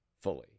fully